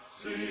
See